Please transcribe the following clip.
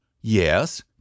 Yes